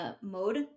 mode